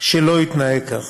שלא התנהג כך.